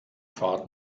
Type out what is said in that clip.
fahrt